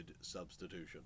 substitution